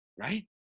right